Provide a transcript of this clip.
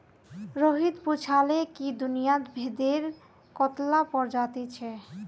रोहित पूछाले कि दुनियात भेडेर कत्ला प्रजाति छे